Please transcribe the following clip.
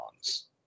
songs